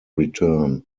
return